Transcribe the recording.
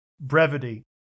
brevity